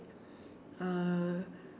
uh